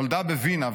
נולדה בווינה,